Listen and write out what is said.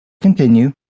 continue